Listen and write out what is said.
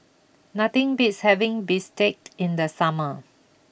nothing beats having Bistake in the summer